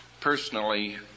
personally